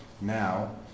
now